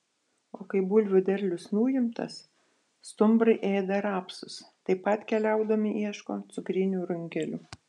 o kai bulvių derlius nuimtas stumbrai ėda rapsus taip pat keliaudami ieško cukrinių runkelių